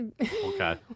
Okay